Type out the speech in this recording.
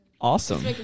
Awesome